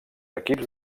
equips